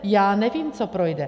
Já nevím, co projde.